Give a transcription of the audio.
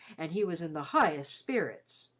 and he was in the highest spirits.